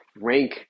rank